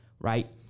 right